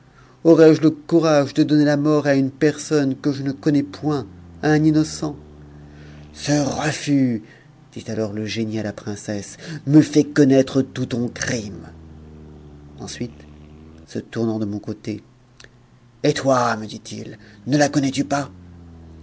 aurais-je le courage de donner la mort à une personne que je ne connais point à un innocent ce refus dit alors le génie à la princesse me fait connaître tout ton crime ensuite se tournant de mon côté et toi me dit-il ne la connais-tu pas